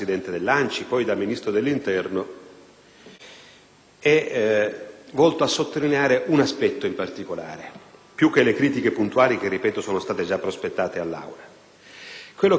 è volto a sottolineare un aspetto in particolare, in aggiunta alle critiche puntuali che - ripeto - sono già state prospettate all'Aula. Quello che voglio segnalare all'attenzione dell'Assemblea